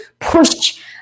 push